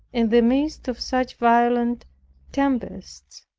in the midst of such violent tempests.